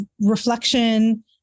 reflection